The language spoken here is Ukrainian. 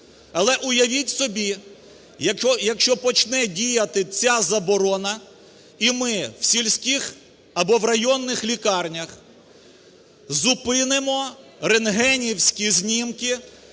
Але уявіть собі, якщо почне діяти ця заборона і ми в сільських або районних лікарнях зупинимо рентгенівські знімки